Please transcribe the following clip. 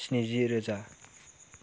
स्निजि रोजा